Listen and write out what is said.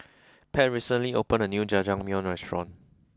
Pat recently opened a new Jajangmyeon restaurant